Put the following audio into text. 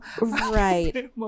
Right